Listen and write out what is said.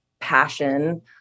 passion